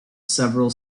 several